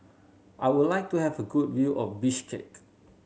I would like to have a good view of Bishkek